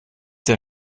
der